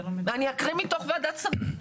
אני אקריא מתוך ועדת השרים.